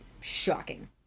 shocking